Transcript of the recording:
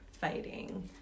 fighting